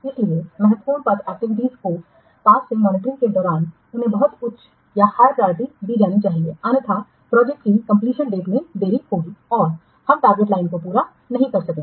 इसलिए महत्वपूर्ण पथ एक्टिविटीयों को पास से मॉनिटरिंग के दौरान उन्हें बहुत उच्च हाय प्रायरिटी दी जानी चाहिए अन्यथा प्रोजेक्ट की कंपलीशन डेट में देरी होगी और हम टारगेट लाइन को पूरा नहीं कर सकते